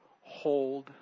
hold